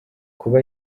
kuba